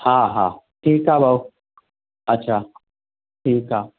हा हा ठीकु आहे भाऊ अच्छा ठीकु आहे